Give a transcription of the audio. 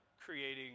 creating